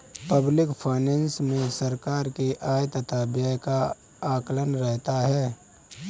public finance मे सरकार के आय तथा व्यय का आकलन रहता है